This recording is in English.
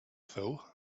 though